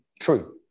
true